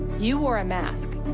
you wore a mask.